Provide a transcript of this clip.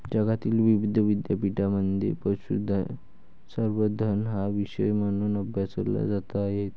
जगातील विविध विद्यापीठांमध्ये पशुसंवर्धन हा विषय म्हणून अभ्यासला जात आहे